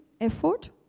effort